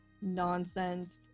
nonsense